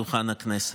על דוכן הכנסת.